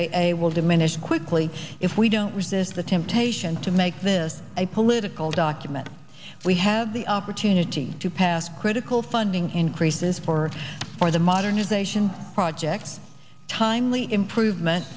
a a will diminish quickly if we don't resist the temptation to make this a political document we have the opportunity to pass critical funding increases for for the modernization projects timely improvement